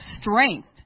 strength